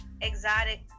Exotic